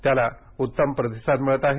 त्याला उत्तम प्रतिसाद मिळत आहे